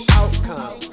outcome